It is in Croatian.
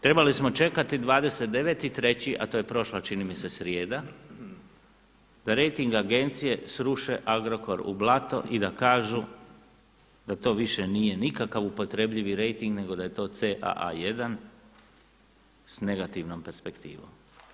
Trebali smo čekati 29.3. a to je prošla čini mi se srijeda da rejting agencije sruše Agrokor u blato i da kažu da to više nije nikakav upotrebljivi rejting nego da je to CAA1 s negativnom perspektivom.